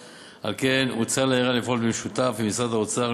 על כן הוצע לעירייה לפעול במשותף עם משרד האוצר